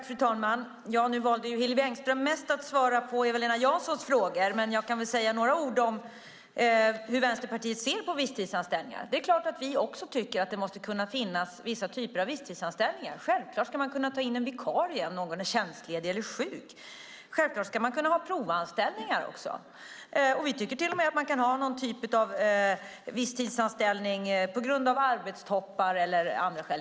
Fru talman! Nu valde Hillevi Engström att mest svara på Eva-Lena Janssons frågor. Men jag kan väl säga några ord om hur Vänsterpartiet ser på visstidsanställningar. Det är klart att vi också tycker att det måste kunna finnas vissa typer av visstidsanställningar. Självklart ska man kunna ta in en vikarie om någon är tjänstledig eller sjuk. Självklart ska man också kunna ha provanställningar. Vi tycker till och med att man kan ha någon typ av visstidsanställning på grund av arbetstoppar eller av andra skäl.